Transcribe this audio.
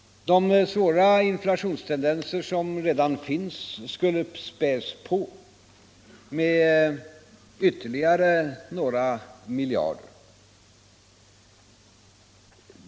De svåra inflationstendenser som redan finns skulle späs på med ytterligare några miljarder.